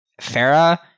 Farah